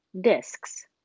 discs